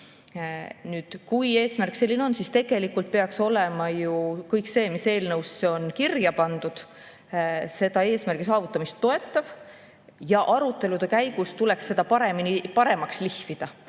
Nüüd, kui eesmärk selline on, siis peaks ju kõik see, mis eelnõusse on kirja pandud, eesmärgi saavutamist toetama. Ja arutelude käigus tuleks seda paremaks lihvida,